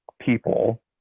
people